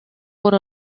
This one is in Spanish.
por